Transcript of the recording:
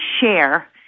share